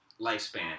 lifespan